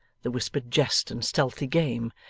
the whispered jest and stealthy game,